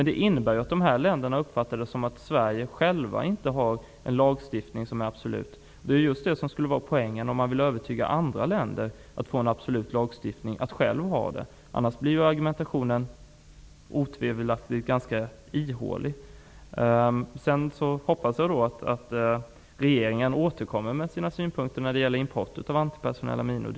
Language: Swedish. Det innebär att andra länder uppfattar det som om Sverige inte har en absolut lagstiftning. Det är viktigt att vi själva har en absolut lagstiftning om vi vill övertyga andra länder att skaffa en sådan. Om vi inte har det blir argumentationen otvivelaktigt ganska ihålig. Jag hoppas att regeringen återkommer med sina synpunkter när det gäller import av antipersonella minor.